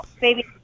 baby